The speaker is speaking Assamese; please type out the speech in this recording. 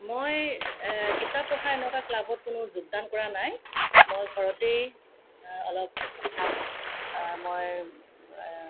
মই কিতাপ পঢ়াৰ এনেকুৱা ক্লাবত কোনো যোগদান কৰা নাই মই ঘৰতেই অলপ কিতাপ মই